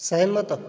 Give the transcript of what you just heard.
ਸਹਿਮਤ